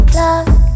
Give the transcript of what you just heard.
love